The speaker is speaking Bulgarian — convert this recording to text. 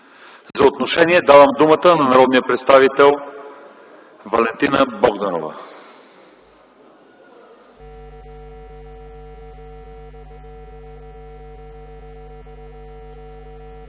За отношение давам думата на народния представител Валентина Богданова.